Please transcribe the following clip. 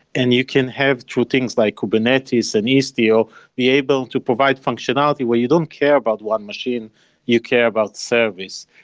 and you can have true things like kubernetes and istio istio be able to provide functionality, where you don't care about one machine you care about service.